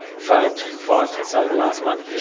failed five tests over the last month.